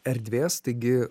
erdvės taigi